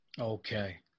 Okay